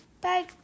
Bye